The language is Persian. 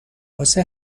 واسه